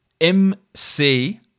MC